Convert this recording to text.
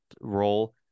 role